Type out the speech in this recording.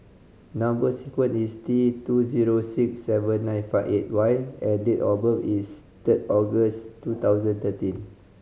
number sequence is T two zero six seven nine five eight Y and date of birth is third August two thousand and thirteen